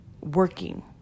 working